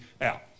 out